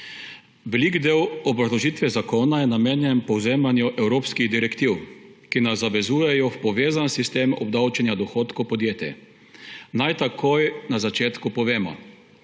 Velik del obrazložitve zakona je namenjen povzemanju evropskih direktiv, ki nas zavezujejo v povezan sistem obdavčenja dohodkov podjetij. Naj takoj na začetku povemo,